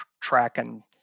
tracking